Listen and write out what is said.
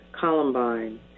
Columbine